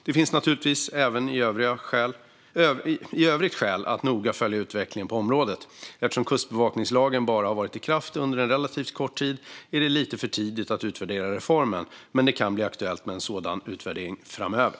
Det finns naturligtvis även i övrigt skäl att noga följa utvecklingen på området. Eftersom kustbevakningslagen bara har varit i kraft under en relativt kort tid är det lite för tidigt att utvärdera reformen, men det kan bli aktuellt med en sådan utvärdering framöver.